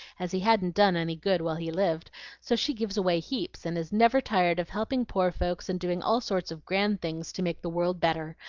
as he hadn't done any good while he lived so she gives away heaps, and is never tired of helping poor folks and doing all sorts of grand things to make the world better.